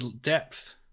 depth